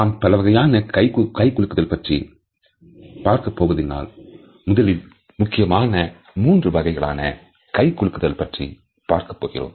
நாம் பலவகையான கைகுலுக்குதல் பற்றி பார்க்க போவதினால் முதலில் முக்கியமான 3 வகைகளான கை குலுக்குதல் பற்றி பார்க்கப் போகிறோம்